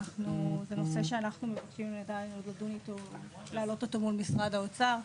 זה נושא שאנחנו מבקשים לדון אותו ולהעלות אותו מול משרד האוצר,